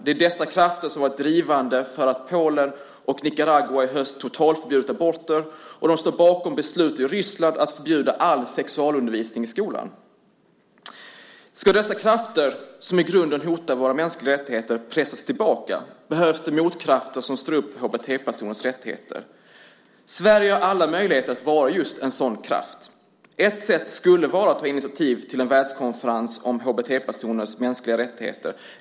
Det är dessa krafter som har varit drivande för att Polen och Nicaragua i höst totalförbjudit aborter. De står också bakom beslut i Ryssland om att förbjuda all sexualundervisning i skolan. För att dessa krafter, som i grunden hotar våra mänskliga rättigheter, ska pressas tillbaka behövs det motkrafter som står upp för HBT-personers rättigheter. Sverige har alla möjligheter att vara just en sådan kraft. Ett sätt skulle vara att ta initiativ till en världskonferens om HBT-personers mänskliga rättigheter.